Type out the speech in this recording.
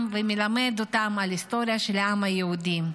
ומלמד אותם על ההיסטוריה של העם היהודי.